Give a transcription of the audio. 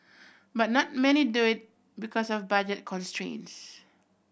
but not many do it because of budget constraints